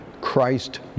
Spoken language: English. Christ